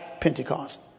Pentecost